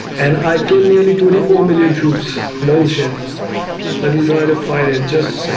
and i kill nearly twenty four million troops. no shit let me try to find it just